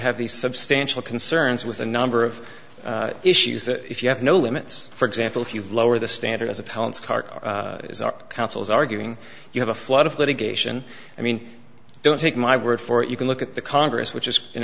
have these substantial concerns with a number of issues that if you have no limits for example if you lower the standard as appellants council is arguing you have a flood of litigation i mean don't take my word for it you can look at the congress which is an